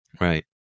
right